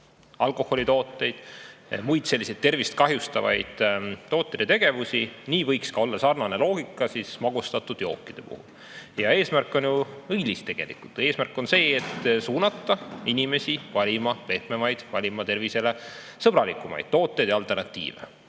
alkoholitooteid ja muid selliseid tervist kahjustavaid tooteid ja tegevusi, nii võiks olla sarnane loogika ka magustatud jookide puhul. Eesmärk on tegelikult ju õilis. Eesmärk on suunata inimesi valima pehmemaid, tervisele sõbralikumaid tooteid ja alternatiive.